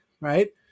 right